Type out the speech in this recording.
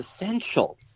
essential